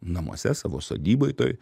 namuose savo sodyboj toj